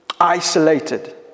Isolated